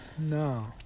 No